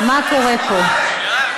אין שעון?